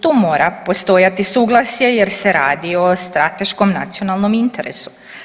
Tu mora postojati suglasje jer se radi o strateškom nacionalnom interesu.